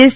S